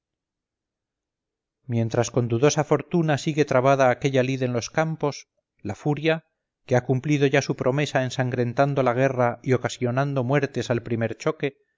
mientras con dudosa fortuna sigue trabada aquella lid en los campos la furia que ha cumplido ya su promesa ensangrentando la guerra y ocasionando muertes al primer choque